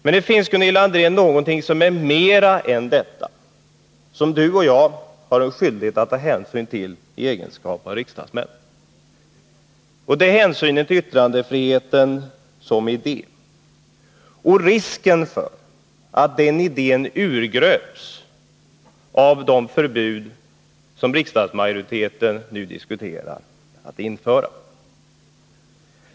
Men det finns någonting mer än detta, Gunilla André, som du och jag i egenskap av riksdagsmän har en skyldighet att ta hänsyn till. Det är yttrandefriheten som idé, och risken för att den idén urgröps av de förbud som riksdagsmajoriteten nu diskuterar att införa.